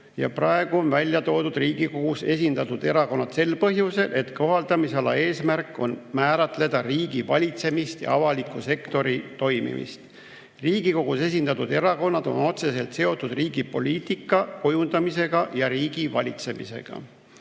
Praegu on Riigikogus esindatud erakonnad välja toodud sel põhjusel, et kohaldamisala eesmärk on määratleda riigivalitsemist ja avaliku sektori toimimist. Riigikogus esindatud erakonnad on otseselt seotud riigi poliitika kujundamisega ja riigivalitsemisega.